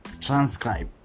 transcribe